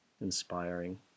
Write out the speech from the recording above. inspiring